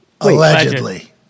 allegedly